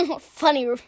Funny